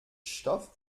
stoff